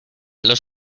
los